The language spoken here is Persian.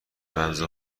رمز